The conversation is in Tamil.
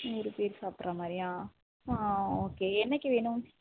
நூறு பேர் சாப்பிட்ற மாதிரியா ஆ ஓகே என்றைக்கி வேணும்